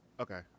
Okay